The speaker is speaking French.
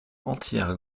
entière